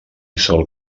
sol